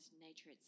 nature